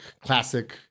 classic